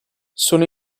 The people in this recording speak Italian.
sono